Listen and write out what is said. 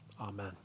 Amen